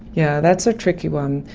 yeah that's a tricky one.